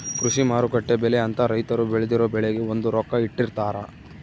ಕೃಷಿ ಮಾರುಕಟ್ಟೆ ಬೆಲೆ ಅಂತ ರೈತರು ಬೆಳ್ದಿರೊ ಬೆಳೆಗೆ ಒಂದು ರೊಕ್ಕ ಇಟ್ಟಿರ್ತಾರ